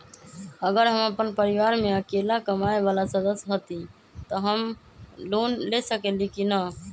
अगर हम अपन परिवार में अकेला कमाये वाला सदस्य हती त हम लोन ले सकेली की न?